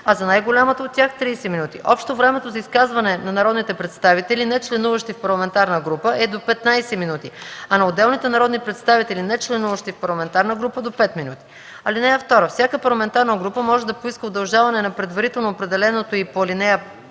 а за най-голямата от тях – 30 минути. Общо времето за изказване на народните представители, нечленуващи в парламентарна група, е до 15 минути, а на отделните народни представители, нечленуващи в парламентарна група – до 5 минути. (2) Всяка парламентарна група може да поиска удължаване на предварително определеното й по ал.